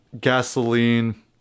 gasoline